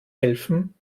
helfen